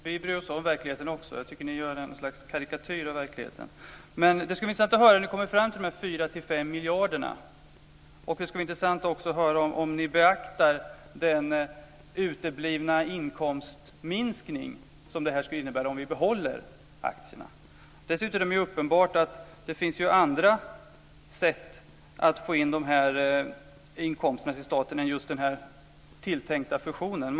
Fru talman! Vi bryr oss också om verkligheten. Ni gör en karikatyr av verkligheten. Det skulle vara intressant att höra hur ni kommer fram till de 4-5 miljarderna. Det skulle också vara intressant att höra om ni beaktar den uteblivna inkomstminskning som detta innebär om vi behåller aktierna. Det är uppenbart att det finns andra sätt att få in inkomsterna till staten än just den tilltänkta fusionen.